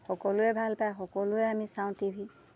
সকলোৱে ভাল পায় সকলোৱে আমি চাওঁ টি ভি